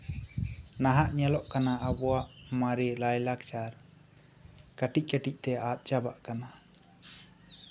ᱱᱟᱦᱟᱜ ᱧᱮᱞᱚᱜ ᱠᱟᱱᱟ ᱟᱵᱚᱣᱟᱜ ᱢᱟᱨᱮ ᱞᱟᱭᱼᱞᱟᱠᱪᱟᱨ ᱠᱟᱹᱴᱤᱡᱼᱠᱟᱹᱴᱤᱡ ᱛᱮ ᱟᱫ ᱪᱟᱵᱟᱜ ᱠᱟᱱᱟ